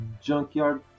junkyard